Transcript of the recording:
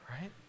Right